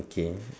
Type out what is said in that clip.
okay